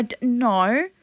No